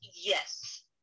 yes